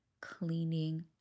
cleaning